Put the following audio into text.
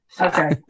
Okay